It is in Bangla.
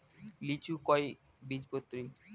লিচু কয় বীজপত্রী?